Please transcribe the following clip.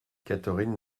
catherine